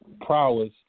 prowess